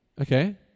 Okay